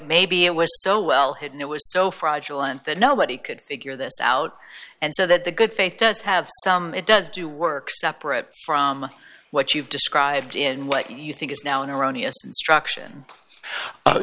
maybe it was so well hidden it was so fraudulent that nobody could figure this out and so that the good faith does have some it does do work separate from what you've described in what you think is now an er